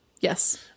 Yes